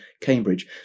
Cambridge